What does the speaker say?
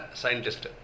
scientist